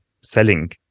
selling